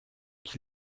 qui